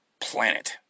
planet